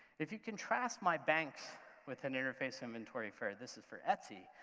if you contrast my bank's with an interface inventory for this is for etsi,